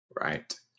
Right